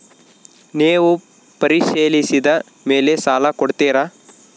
ನೇವು ಪರಿಶೇಲಿಸಿದ ಮೇಲೆ ಸಾಲ ಕೊಡ್ತೇರಾ?